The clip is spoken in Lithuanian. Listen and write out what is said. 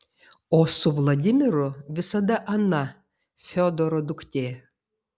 o su vladimiru visada ana fiodoro duktė